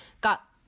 got